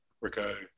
Rico